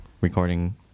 recording